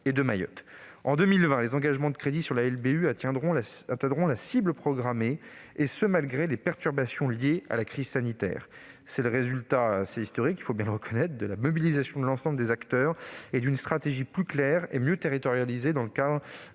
En 2020, les engagements de crédits sur la LBU atteindront la cible programmée, et ce malgré les perturbations liées à la crise sanitaire. C'est le résultat- historique ! -de la mobilisation de l'ensemble des acteurs et d'une stratégie plus claire et mieux territorialisée dans le cadre du nouveau